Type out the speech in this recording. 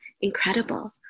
incredible